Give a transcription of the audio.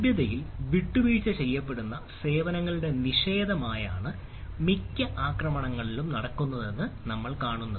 ലഭ്യതയിൽ വിട്ടുവീഴ്ച ചെയ്യപ്പെടുന്ന സേവനങ്ങളുടെ നിഷേധമായാണ് മിക്ക ആക്രമണങ്ങളിലും നടക്കുന്നതെന്ന് നമ്മൾ കാണുന്നത്